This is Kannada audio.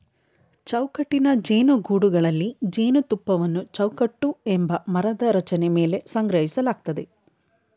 ಚೌಕಟ್ಟಿನ ಜೇನುಗೂಡುಗಳಲ್ಲಿ ಜೇನುತುಪ್ಪವನ್ನು ಚೌಕಟ್ಟು ಎಂಬ ಮರದ ರಚನೆ ಮೇಲೆ ಸಂಗ್ರಹಿಸಲಾಗ್ತದೆ